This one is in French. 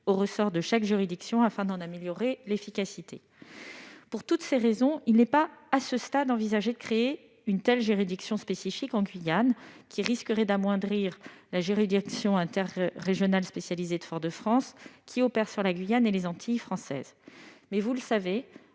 au ressort de chaque juridiction afin d'en améliorer l'efficacité. Pour toutes ces raisons, il n'est pas, à ce stade, envisagé de créer une telle juridiction spécifique en Guyane, qui viendrait amoindrir la juridiction interrégionale spécialisée de Fort-de-France, laquelle est compétente en Guyane et dans les Antilles françaises. Toutefois, vous le savez,